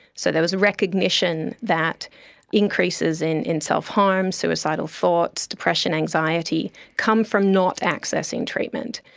so there was a recognition that increases in in self-harm, suicidal thoughts, depression, anxiety, come from not accessing treatment,